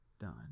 done